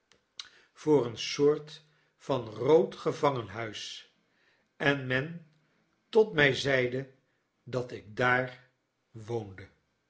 voor een soort van rood gevangenhuis en men tot my zeide dat ik daar woonde